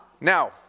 Now